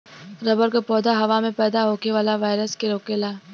rubber क पौधा हवा में पैदा होखे वाला वायरस के रोकेला